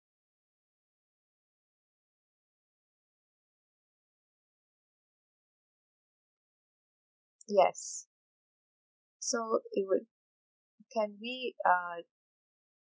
yes so it would can we uh